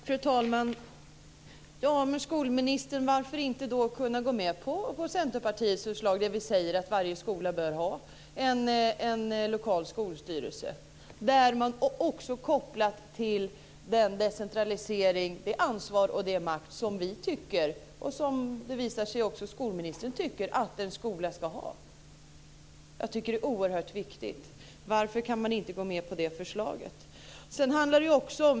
Fru talman! Men, skolministern, varför då inte kunna gå med på Centerpartiets förslag? Vi säger att varje skola bör ha en lokal skolstyrelse som också är kopplad till den decentralisering, det ansvar och den makt som vi tycker - och som det också visar sig att skolministern tycker - att en skola ska ha. Jag tycker att det är oerhört viktigt. Varför kan ni inte gå med på det förslaget?